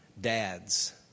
Dads